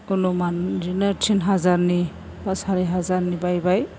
अनुमान बिदिनो तिन हाजारनि बा सारि हाजारनि बायबाय